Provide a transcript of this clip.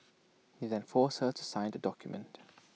he then forced her to sign the document